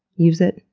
use it.